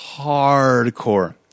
hardcore